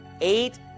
eight